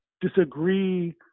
disagree